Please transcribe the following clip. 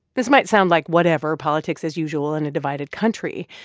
this might sound like whatever politics as usual in a divided country.